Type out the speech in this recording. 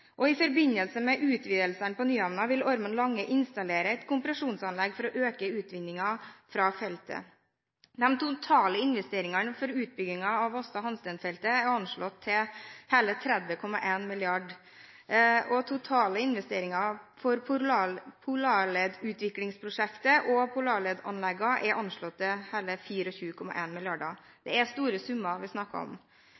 og i forbindelse med utvidelsene på Nyhamna vil Ormen Lange installere et kompresjonsanlegg for å øke utvinninga fra feltet. De totale investeringene for utbygginga av Aasta Hansteen-feltet er anslått til hele 30,1 mrd. kr, og de totale investeringene på Polarled utviklingsprosjekt og Polarledanleggene er anslått til hele